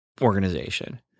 organization